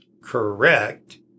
correct